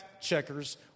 checkers